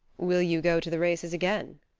will you go to the races again?